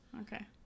Okay